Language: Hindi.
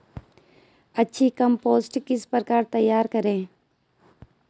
अच्छी कम्पोस्ट किस प्रकार तैयार करें?